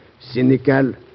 cynical